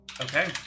okay